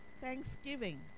thanksgiving